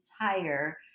entire